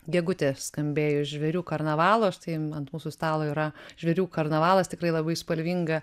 gegutė skambėjo iš žvėrių karnavalo štai jums ant mūsų stalo yra žvėrių karnavalas tikrai labai spalvinga